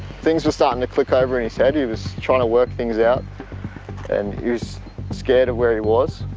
things were starting to click over his head. he was trying to work things out and he was scared of where he was,